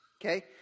Okay